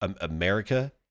America